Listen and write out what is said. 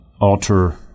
alter